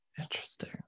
Interesting